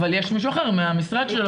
אבל יש מישהו אחר מהמשרד שלו.